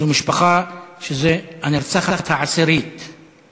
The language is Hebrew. זו משפחה שזו הנרצחת העשירית בה.